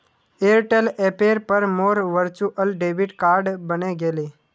Airtel ऐपेर पर मोर वर्चुअल डेबिट कार्ड बने गेले